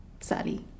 Sally